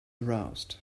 aroused